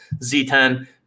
Z10